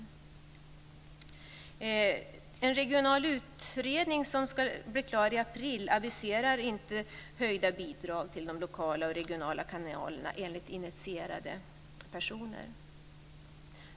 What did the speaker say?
Den regionala utredningen som beräknas bli klar i april aviserar inte höjda bidrag till de lokala och de regionala kanalerna, enligt initierade personer.